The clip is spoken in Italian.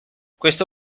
questo